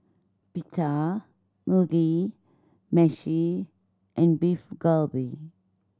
Pita Mugi Meshi and Beef Galbi